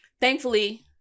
Thankfully